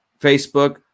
Facebook